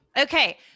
Okay